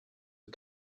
are